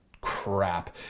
crap